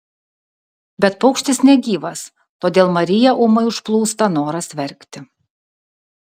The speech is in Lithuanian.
bet paukštis negyvas todėl mariją ūmai užplūsta noras verkti